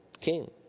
king